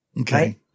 Okay